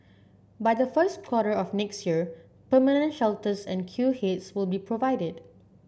by the first quarter of next year permanent shelters and queue heads will be provided